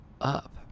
up